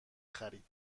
خرید